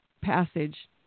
passage